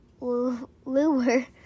lure